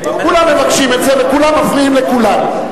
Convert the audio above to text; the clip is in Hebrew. כולם מבקשים את זה וכולם מפריעים לכולם.